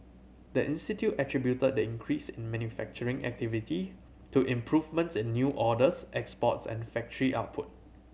the institute attributed the increase in manufacturing activity to improvements in new orders exports and factory output